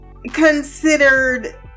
considered